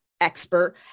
expert